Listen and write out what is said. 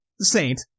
saint